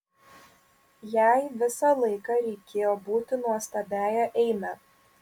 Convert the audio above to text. jai visą laiką reikėjo būti nuostabiąja eime